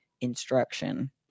instruction